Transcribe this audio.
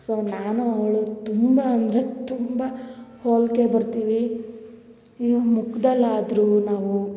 so ನಾನು ಅವಳು ತುಂಬ ಅಂದರೆ ತುಂಬ ಹೋಲಿಕೆ ಬರ್ತೀವಿ ಇವ ಮುಖ್ದಲ್ಲಾದ್ರು ನಾವು